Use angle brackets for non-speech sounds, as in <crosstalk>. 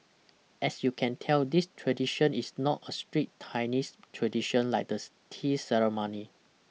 as you can tell this tradition is not a strict Chinese tradition like the <hesitation> tea ceremony